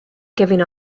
giving